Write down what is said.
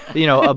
you know, ah